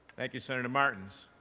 thank you, senator martins.